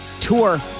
tour